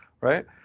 right